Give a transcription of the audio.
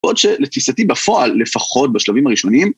עוד שלתפיסתי בפועל, לפחות בשלבים הראשוניים.